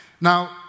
Now